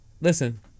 Listen